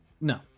No